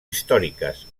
històriques